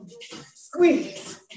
Squeeze